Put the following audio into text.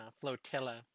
flotilla